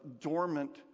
dormant